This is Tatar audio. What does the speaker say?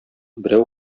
берәү